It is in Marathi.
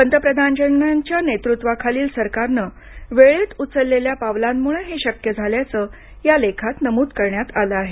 पंतप्रधानांच्या नेतृत्वाखालील सरकारनं वेळेत उचललेल्या पावलांमुळे हे शक्य झाल्याचं या लेखात नमूद करण्यात आलं आहे